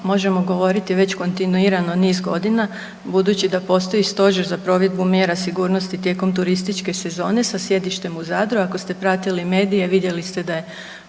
možemo govoriti već kontinuirano niz godina budući da postoje Stožer za provedbu mjera sigurnosti tijekom turističke sezone sa sjedištem u Zadru. Ako ste pratili medije, vidjeli ste da je